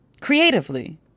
Creatively